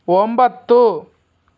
ಒಂಬತ್ತು